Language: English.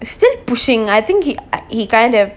still pushing I think he he kind of